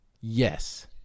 yes